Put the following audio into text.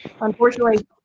unfortunately